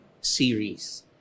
series